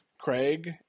Craig